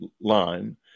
line